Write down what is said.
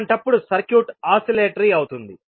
అలాంటప్పుడు circuit oscillatory అవుతుంది